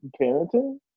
parenting